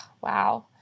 Wow